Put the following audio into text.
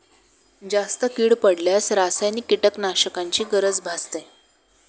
जास्त कीड पडल्यास रासायनिक कीटकनाशकांची गरज भासते